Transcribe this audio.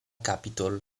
capitol